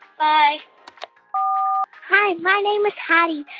bye hi. my name is haddie.